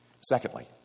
Secondly